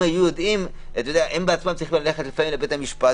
הם בעצמם צריכים ללכת לפעמים לבית המשפט